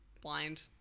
blind